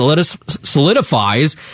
solidifies